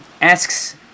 asks